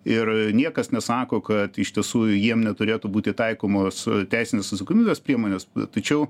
ir niekas nesako kad iš tiesų jiem neturėtų būti taikomos teisinės atsakomybės priemonės tačiau